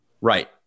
Right